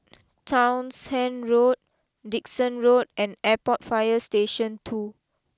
Townshend Road Dickson Road and Airport fire Station two